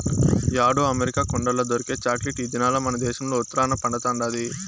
యాడో అమెరికా కొండల్ల దొరికే చాక్లెట్ ఈ దినాల్ల మనదేశంల ఉత్తరాన పండతండాది